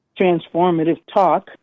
transformativetalk